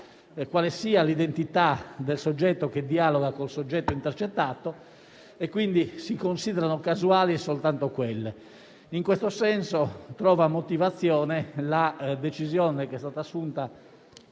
quale sia l'identità del soggetto che dialoga con il soggetto intercettato, si considerino casuali soltanto quelle. In questo senso trova motivazione la decisione, assunta